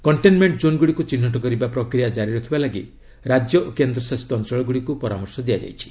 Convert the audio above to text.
containment କ୍ଷୋନଗୁଡ଼ିକୁ ଚିହ୍ନଟ କରିବା ପ୍ରକ୍ରିୟା ଜାରି ରଖିବାକୁ ରାଜ୍ୟ ଓ କେନ୍ଦ୍ରଶାସିତ ଅଞ୍ଚଳଗୁଡ଼ିକୁ ପରାମର୍ଶ ଦିଆଯାଇଛି